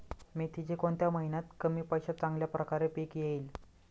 मेथीचे कोणत्या महिन्यात कमी पैशात चांगल्या प्रकारे पीक येईल?